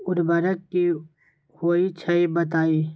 उर्वरक की होई छई बताई?